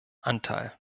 anteil